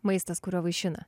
maistas kuriuo vaišina